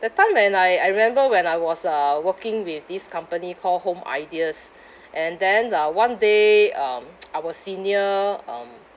the time when I I remember when I was uh working with this company call home ideas and then uh one day um our senior um